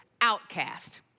outcast